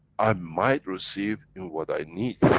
i might receive in what i need,